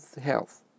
health